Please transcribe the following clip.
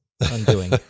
Undoing